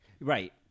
Right